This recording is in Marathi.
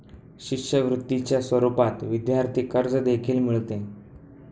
शिष्यवृत्तीच्या स्वरूपात विद्यार्थी कर्ज देखील मिळते